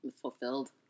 fulfilled